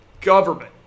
government